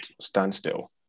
standstill